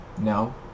No